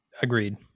Agreed